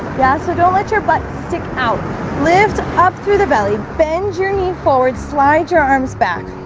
yeah, so don't let your butt stick out lift up through the belly bend your knee forward slide your arms back